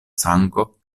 sango